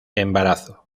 embarazo